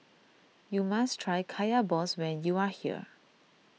you must try Kaya Balls when you are here